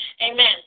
Amen